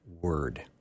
word